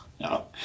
No